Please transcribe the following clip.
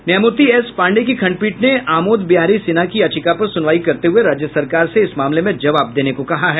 न्यायमूर्ति एस पांडेय की खंडपीठ ने आमोद बिहारी सिन्हा की याचिका पर सुनवाई करते हुये राज्य सरकार से इस मामले में जवाब देते को कहा है